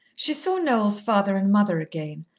she saw noel's father and mother again,